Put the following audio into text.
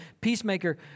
peacemaker